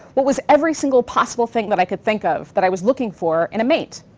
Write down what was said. what was every single possible thing that i could think of that i was looking for in a mate?